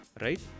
right